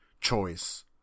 choice